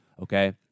Okay